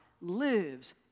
lives